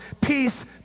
peace